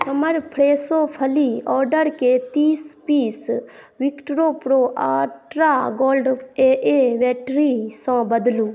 हमर फ्रेशो फली ऑडरके तीस piece Victor pro ultra gold A A बैटरीसँ बदलू